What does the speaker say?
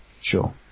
Sure